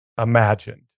imagined